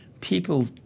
people